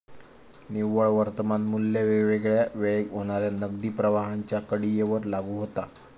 निव्वळ वर्तमान मू्ल्य वेगवेगळ्या वेळेक होणाऱ्या नगदी प्रवाहांच्या कडीयेवर लागू होता